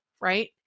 right